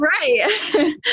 Right